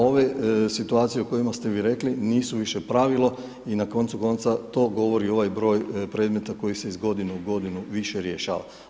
Ove situacije o kojima ste vi rekli, nisu više pravilo i na koncu konca to govori i ovaj broj predmeta koji se iz godine u godinu više rješava.